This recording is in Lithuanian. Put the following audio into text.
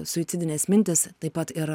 suicidinės mintys taip pat ir